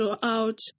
throughout